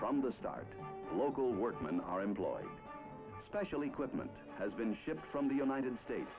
from the start local workmen are employed special equipment has been shipped from the united states